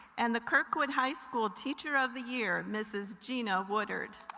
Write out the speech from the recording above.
and the kirkwood high school teacher of the year mrs. gina woodard.